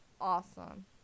awesome